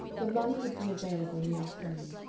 the money would be available in the afternoon,